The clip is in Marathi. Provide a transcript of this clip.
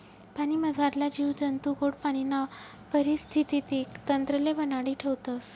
पाणीमझारला जीव जंतू गोड पाणीना परिस्थितीक तंत्रले बनाडी ठेवतस